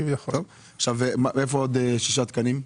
איפה עוד 6 תקנים?